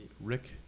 rick